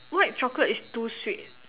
white chocolate is too sweet